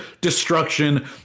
destruction